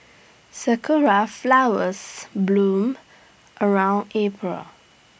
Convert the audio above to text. Sakura Flowers bloom around April